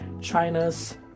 China's